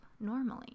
normally